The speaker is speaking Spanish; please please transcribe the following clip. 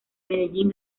medellín